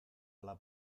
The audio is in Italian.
alla